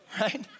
right